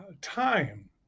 time